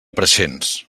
preixens